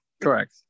Correct